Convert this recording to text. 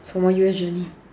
什么 usually